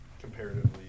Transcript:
comparatively